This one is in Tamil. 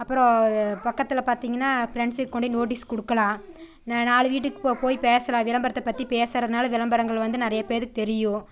அப்புறோம் பக்கத்தில் பார்த்தீங்கன்னா ஃப்ரெண்ட்ஸுக் கொண்டு நோட்டிஸ் கொடுக்கலாம் நா நாலு வீட்டுக்கு போ போய் பேசலாம் விளம்பரத்தை பற்றி பேசுகிறதுனால விளம்பரங்கள் வந்து நிறைய பேர் தெரியும்